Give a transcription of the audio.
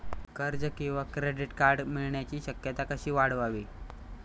कर्ज किंवा credit card मिळण्याची शक्यता कशी वाढवावी?